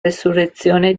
resurrezione